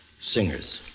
singers